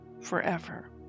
forever